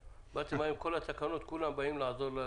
באתם היום עם התקנות וכולם באים לעזור.